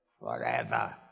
forever